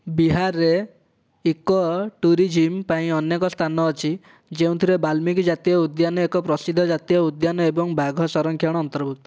ବିହାରରେ ଇକୋଟୁରିଜିମ୍ ପାଇଁ ଅନେକ ସ୍ଥାନ ଅଛି ଯେଉଁଥିରେ ବାଲ୍ମିକି ଜାତୀୟ ଉଦ୍ୟାନ ଏକ ପ୍ରସିଦ୍ଧ ଜାତୀୟ ଉଦ୍ୟାନ ଏବଂ ବାଘ ସଂରକ୍ଷଣ ଅନ୍ତର୍ଭୁକ୍ତ